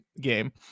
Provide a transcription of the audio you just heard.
game